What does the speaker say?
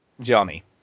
Johnny